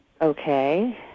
okay